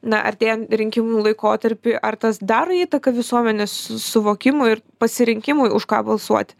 na artėjant rinkimų laikotarpiui ar tas daro įtaką visuomenės suvokimui ir pasirinkimui už ką balsuoti